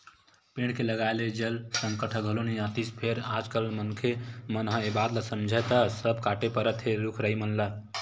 पेड़ के लगाए ले जल संकट ह घलो नइ आतिस फेर आज कल मनखे मन ह ए बात ल समझय त सब कांटे परत हे रुख राई मन ल